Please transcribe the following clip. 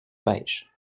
pêchent